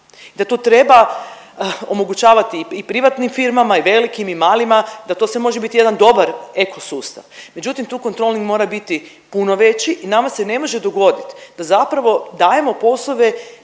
da tu treba omogućavati i privatnim firmama i velikim i malima da to sve može biti jedan dobar eko sustav. Međutim, tu kontroling mora biti puno veći i nama se ne može dogoditi da zapravo dajemo poslove